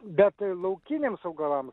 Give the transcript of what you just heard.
bet laukiniams augalams